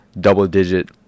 double-digit